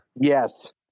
Yes